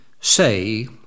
say